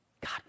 God